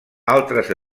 altres